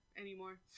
anymore